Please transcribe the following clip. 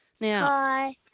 Now